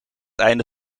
einde